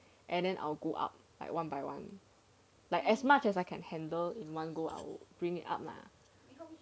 and then I'll go up like one by one like as much as I can handle in one go I'll bring up